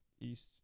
East